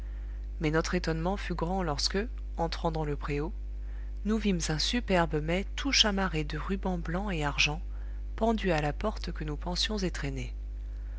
mais notre étonnement fut grand lorsque entrant dans le préau nous vîmes un superbe mai tout chamarré de rubans blanc et argent pendu à la porte que nous pensions